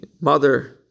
mother